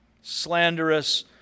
slanderous